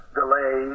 delay